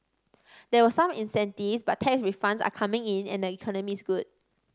there were some incentives but tax refunds are coming in and the economy is good